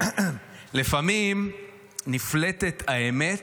לפעמים נפלטת האמת